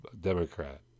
democrat